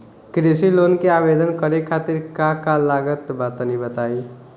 कृषि लोन के आवेदन करे खातिर का का लागत बा तनि बताई?